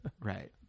Right